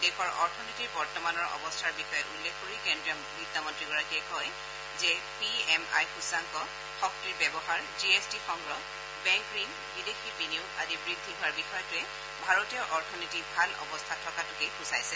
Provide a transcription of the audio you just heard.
দেশৰ অৰ্থনীতিৰ বৰ্তমানৰ অৱস্থাৰ বিষয়ে উল্লেখ কৰি কেন্দ্ৰীয় বিত্তমন্ত্ৰীগৰাকীয়ে কয় যে পি এম আই সূচাংক শক্তিৰ ব্যৱহাৰ জি এছ টি সংগ্ৰহ বেংক ঋণ বিদেশী বিনিয়োগ আদি বৃদ্ধি হোৱাৰ বিষয়টোৱে ভাৰতীয় অথনীতি ভাল অৱস্থাত থকাটোকেই সূচাইছে